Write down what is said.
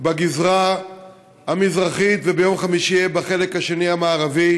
בגזרה המזרחית וביום חמישי בחלק השני המערבי,